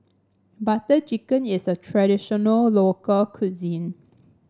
Butter Chicken is a traditional local cuisine